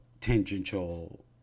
tangential